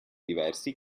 diversi